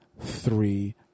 three